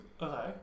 Okay